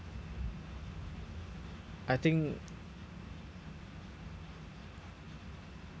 I think